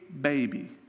baby